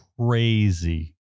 crazy